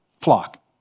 flock